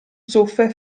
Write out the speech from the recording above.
zuffe